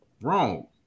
wrong